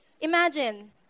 Imagine